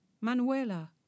Manuela